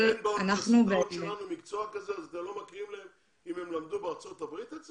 אתם לא מכירים את מה שהם למדו בארצות הברית?